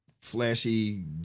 Flashy